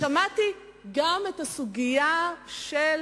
שמעתי גם את הסוגיה של